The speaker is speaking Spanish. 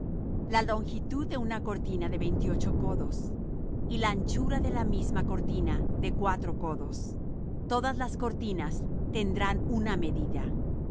la longitud de la una cortina de veintiocho codos y la anchura de la misma cortina de cuatro codos todas las cortinas tendrán una medida